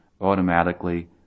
automatically